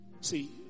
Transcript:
see